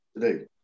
today